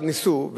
ניסו,